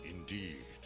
Indeed